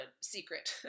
secret